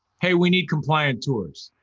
hey, we need compliant tours.